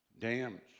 dams